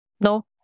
no